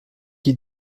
qui